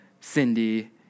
Cindy